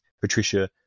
Patricia